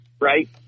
right